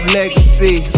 legacy